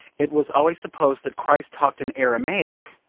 it was always supposed that christ talked in aramaic.